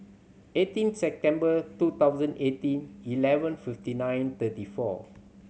eighteen September two thousand eighteen eleven fifty nine thirty four